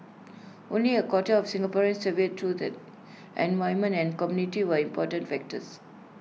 only A quarter of Singaporeans surveyed thought that an environment and community were important factors